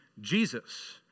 Jesus